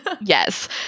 Yes